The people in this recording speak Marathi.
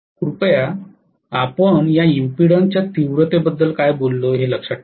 कृपया आपण या इंपीडन्स च्या तीव्रतेबद्दल काय बोललो ते लक्षात ठेवा